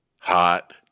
hot